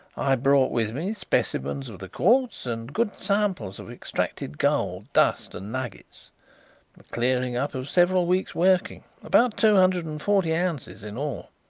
i brought with me specimens of the quartz and good samples of extracted gold, dust and nuggets, the clearing up of several weeks' working, about two hundred and forty ounces in all.